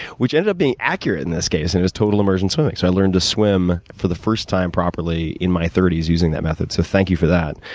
which ended up being accurate, in this case, and it was total immersion swimming. so, i learned to swim for the first time, properly, in my thirty s, using that method. so, thank you for that.